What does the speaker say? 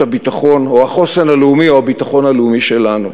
הביטחון או החוסן הלאומי או הביטחון הלאומי שלנו,